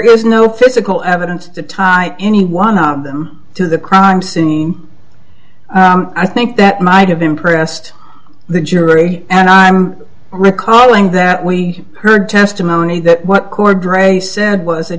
is no physical evidence to tie any one of them to the crime scene i think that might have impressed the jury and i'm recalling that we heard testimony that what cordray said was that